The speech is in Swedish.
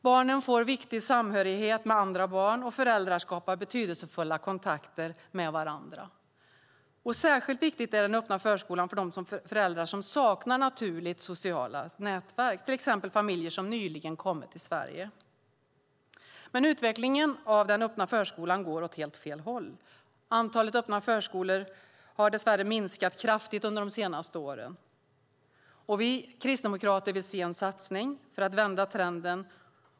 Barnen får viktig samhörighet med andra barn, och föräldrarna skapar betydelsefulla kontaktnät med varandra. Särskilt viktig är den öppna förskolan för de föräldrar som saknar ett naturligt socialt nätverk, till exempel familjer som nyligen kommit till Sverige. Men utvecklingen av den öppna förskolan går åt helt fel håll. Antalet öppna förskolor har dess värre minskat kraftigt under de senaste åren. Vi kristdemokrater vill se en satsning för att vända trenden.